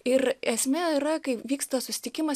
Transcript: ir esmė yra kai vyksta susitikimas